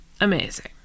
amazing